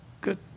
good